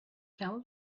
camel